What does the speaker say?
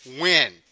win